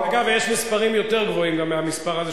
יש מספרים יותר גבוהים גם מהמספר הזה.